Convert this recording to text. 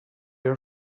your